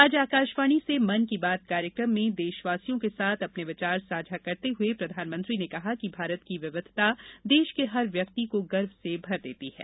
आज आकाशवाणी से मन की बात कार्यक्रम में देशवासियों के साथ अपने विचार साझा करते हुए प्रधानमंत्री ने कहा कि भारत की विविधता देश के हर व्यक्ति को गर्व से भर देती है